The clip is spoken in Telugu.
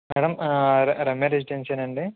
మేడం రమ్య రెసిడెన్సీనా అండి